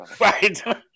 Right